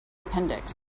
appendix